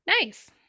Nice